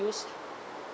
use